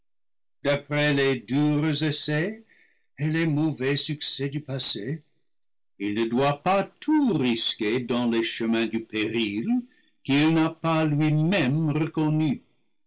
d'après les durs essais et les mauvais succès du passé il ne doit pas tout ris quer dans les chemins du péril qu'il n'a pas lui-même re